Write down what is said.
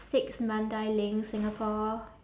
six mandai lane singapore